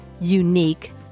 unique